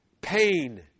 pain